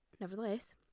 nevertheless